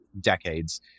decades